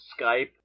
Skype